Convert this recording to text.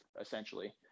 essentially